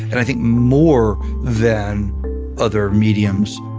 and i think more than other mediums,